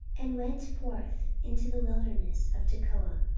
and went forth into the wilderness of tekoa